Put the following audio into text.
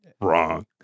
wrong